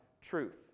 truth